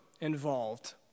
involved